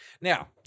Now